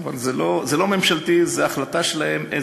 זה לא ממשלתי, זו החלטה שלהם.